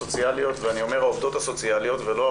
שלום לכולם,